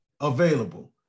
available